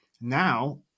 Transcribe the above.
now